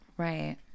Right